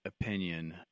opinion